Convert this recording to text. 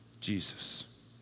Jesus